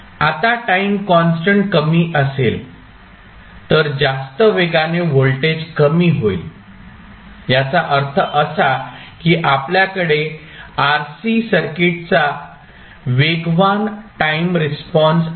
आता time constant कमी असेल तर जास्त वेगाने व्होल्टेज कमी होईल याचा अर्थ असा की आपल्याकडे RC सर्किटचा वेगवान टाईम रिस्पॉन्स आहे